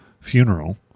funeral